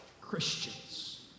Christians